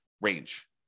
range